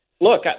look